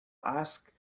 ask